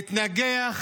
להתנגח,